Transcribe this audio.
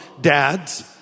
dads